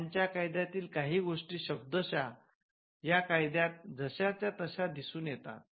अॅनच्या कायद्यातील काही गोष्टी शब्दशः या कायद्यात जश्या च्या तश्या दिसून येतात